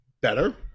better